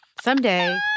Someday